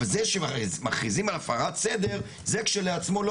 אבל זה שמכריזים על הפרת סדר זה כשלעצמו לא